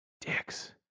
Dicks